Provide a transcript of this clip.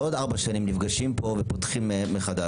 לא עוד ארבע שנים נפגשים פה ופותחים מחדש.